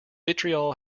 vitriol